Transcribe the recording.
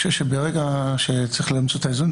אני חושב שברגע שצריך למצוא את האיזון,